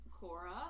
Cora